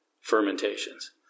fermentations